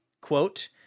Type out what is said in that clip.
quote